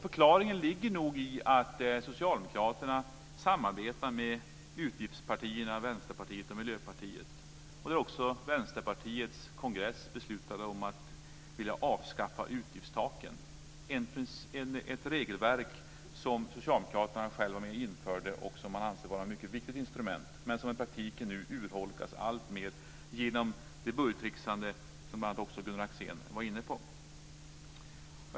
Förklaringen ligger nog i att Socialdemokraterna samarbetar med utgiftspartierna Vänsterpartiet och Miljöpartiet. På Vänsterpartiets kongress beslutade man också att man ville avskaffa utgiftstaken, ett regelverk som socialdemokraterna själva var med och införde och som anses vara ett mycket viktigt instrument. Men i praktiken urholkas det nu alltmer genom det budgettricksande som bl.a. Gunnar Axén var inne på.